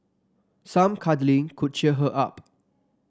some cuddling could cheer her up